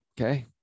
okay